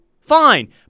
fine